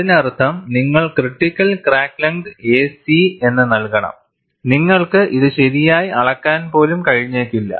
അതിനർത്ഥംനിങ്ങൾ critical crack length a c എന്ന് നൽകണം നിങ്ങൾക്ക് ഇത് ശരിയായി അളക്കാൻ പോലും കഴിഞ്ഞേക്കില്ല